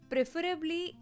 Preferably